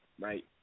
right